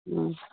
ಹ್ಞೂ